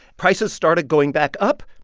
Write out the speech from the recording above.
prices started going back up,